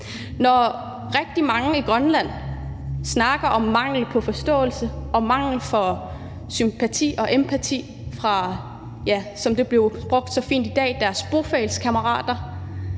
Når rigtig mange i Grønland snakker om mangel på forståelse og mangel på sympati og empati fra deres, som det